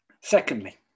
Secondly